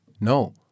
no